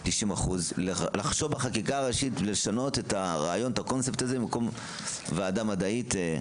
לחשוב בחקיקה הראשית לשנות את הקונספט הזה במקום ועדה מדעית.